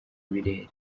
birere